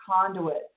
conduit